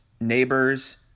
neighbors